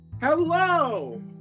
Hello